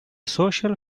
social